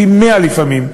פי-מאה לפעמים,